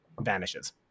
vanishes